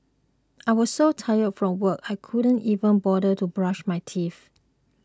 I was so tired from work I could not even bother to brush my teeth